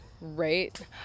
right